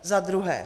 Za druhé.